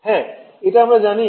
হ্যাঁ এটা আমরা জানি